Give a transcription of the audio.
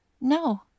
No